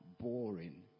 boring